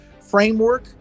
framework